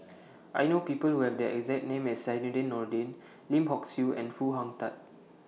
I know People Who Have The exact name as Zainudin Nordin Lim Hock Siew and Foo Hong Tatt